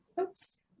oops